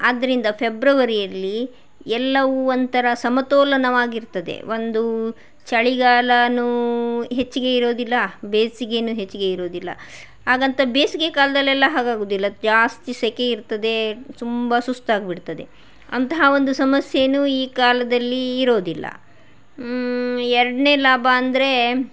ಆದ್ದರಿಂದ ಫೆಬ್ರವರಿಯಲ್ಲಿ ಎಲ್ಲವು ಒಂಥರ ಸಮತೋಲನವಾಗಿರ್ತದೆ ಒಂದು ಚಳಿಗಾಲವೂ ಹೆಚ್ಚಿಗೆ ಇರೋದಿಲ್ಲ ಬೇಸಿಗೆನೂ ಹೆಚ್ಚಿಗೆ ಇರೋದಿಲ್ಲ ಹಾಗಂತ ಬೇಸಿಗೆ ಕಾಲದಲ್ಲೆಲ್ಲ ಹಾಗಾಗುದಿಲ್ಲ ಜಾಸ್ತಿ ಸೆಖೆ ಇರ್ತದೆ ತುಂಬ ಸುಸ್ತಾಗಿಬಿಡ್ತದೆ ಅಂತಹ ಒಂದು ಸಮಸ್ಯೆನೂ ಈ ಕಾಲದಲ್ಲಿ ಇರೋದಿಲ್ಲ ಎರಡನೇ ಲಾಭ ಅಂದರೆ